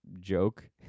joke